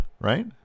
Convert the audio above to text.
right